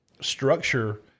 structure